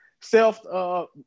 Self